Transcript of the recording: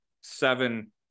seven